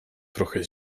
trochę